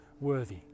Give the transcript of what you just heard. worthy